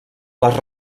les